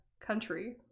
country